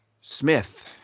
Smith